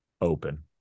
open